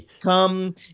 come